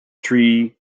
tree